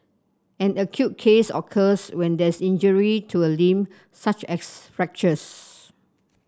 an acute case occurs when there is injury to a limb such as fractures